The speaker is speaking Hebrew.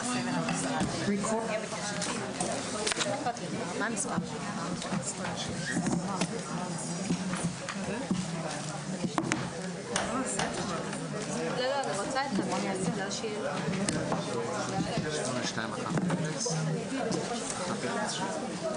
הישיבה ננעלה בשעה 13:16.